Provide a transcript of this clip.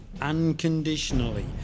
unconditionally